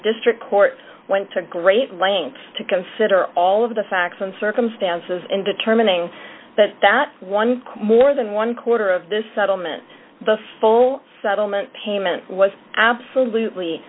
district court went to great lengths to consider all of the facts and circumstances in determining but that one more than one quarter of this settlement the full settlement payment was absolutely